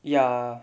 ya